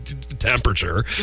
temperature